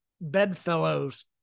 bedfellows